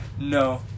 No